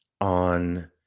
on